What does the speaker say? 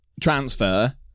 transfer